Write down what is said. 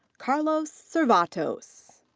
carlos serratos.